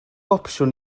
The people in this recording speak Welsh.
opsiwn